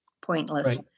pointless